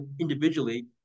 individually